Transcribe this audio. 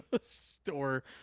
store